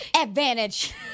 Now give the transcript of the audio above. Advantage